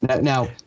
Now